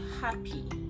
happy